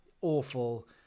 awful